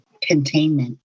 containment